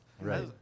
Right